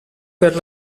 per